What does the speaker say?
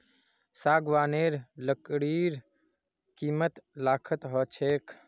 सागवानेर लकड़ीर कीमत लाखत ह छेक